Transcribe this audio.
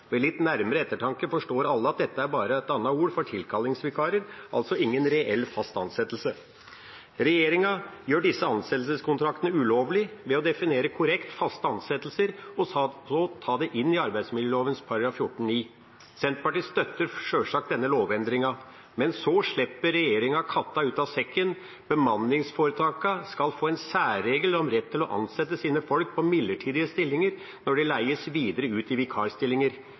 Ved litt nærmere ettertanke forstår alle at dette bare er et annet ord for tilkallingsvikarer, altså ingen reell fast ansettelse. Regjeringa gjør disse ansettelseskontraktene ulovlig ved å definere faste ansettelser korrekt og så ta det inn i arbeidsmiljøloven § 14-9. Senterpartiet støtter sjølsagt denne lovendringen. Men så slipper regjeringa katta ut av sekken: Bemanningsforetakene skal få en særregel om rett til å ansette sine folk på midlertidige stillinger når de leies videre ut i vikarstillinger.